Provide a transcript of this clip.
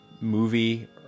movie